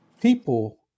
people